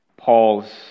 Paul's